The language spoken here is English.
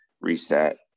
reset